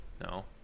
no